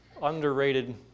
underrated